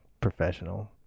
professional